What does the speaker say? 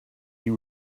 you